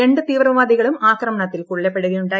രണ്ട് തീവ്രവാദികളും ആക്രമണത്തിൽ കൊല്ലപ്പെടുകയുണ്ടായി